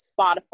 Spotify